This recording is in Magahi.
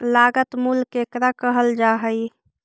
लागत मूल्य केकरा कहल जा हइ?